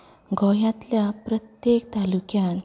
गोंयांतल्या प्रत्येक तालुक्यांत